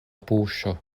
buŝo